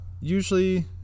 usually